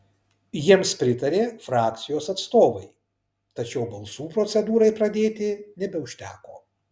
jiems pritarė frakcijos atstovai tačiau balsų procedūrai pradėti nebeužteko